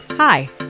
Hi